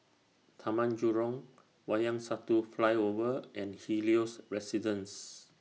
Taman Jurong Wayang Satu Flyover and Helios Residences